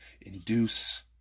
induce